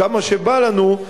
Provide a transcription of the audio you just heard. כמה שבא לנו,